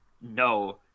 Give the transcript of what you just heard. no